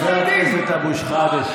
חבר הכנסת אבו שחאדה,